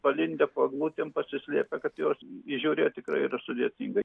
palindę po eglutėm pasislėpę kad jos įžiūrėt tikrai yra sudėtinga